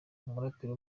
umuraperi